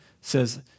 says